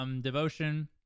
devotion